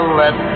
let